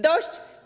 Dość.